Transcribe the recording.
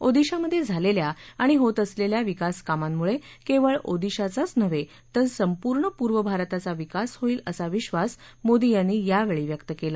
ओदिशामध्ये झालेल्या आणि होत असलेल्या विकास कामांमुळे केवळ ओदिशाचाच नव्हे तर संपूर्ण पूर्व भारताचा विकास होईल असा विश्वास मोदी यांनी यावेळी व्यक्त केला